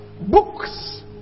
Books